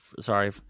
Sorry